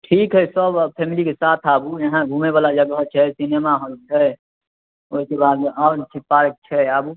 ठीक है सब अब फैमलीके साथ आबु इहाँ घुमेबला जग्घ छै सिनेमा हॉल छै ओइकेबाद और भी पार्क छै आबु